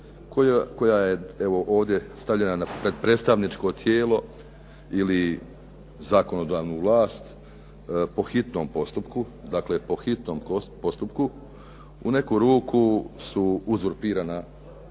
koja je evo, ovdje stavljena pred predstavničko tijelo ili zakonodavnu vlast po hitnom postupku, dakle po hitnom